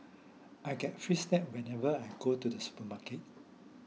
I get free snacks whenever I go to the supermarket